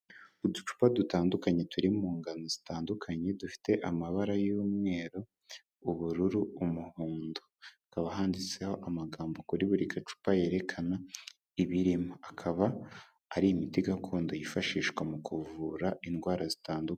Uducupa dutandukanye turi mu ngano zitandukanye dufite amabara y'umweru, ubururu, umuhondo, hakaba handitseho amagambo kuri buri gacupa yerekana ibirimo, akaba ari imiti gakondo yifashishwa mu kuvura indwara zitandukanye.